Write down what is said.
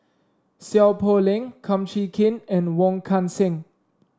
Seow Poh Leng Kum Chee Kin and Wong Kan Seng